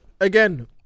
again